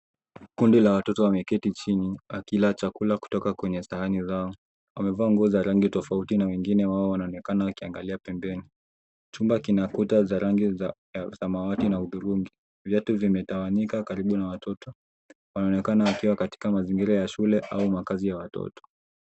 Kundi la watoto wameketi chini wakila chakula kutoka kwenye sahani zao. Wamevaa nguo za rangi tofauti na wengine wao wanaonekana wakiangalia pembeni. Chumba kina kuta za rangi za samawati na hudhurungi. Viatu vimetawanyika karibu na watoto. Wanaonekana wakiwa katika mazingira ya shule au makazi ya watoto.